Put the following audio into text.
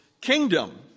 kingdom